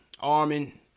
Armin